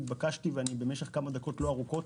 התבקשתי ובמשך כמה דקות לא ארוכות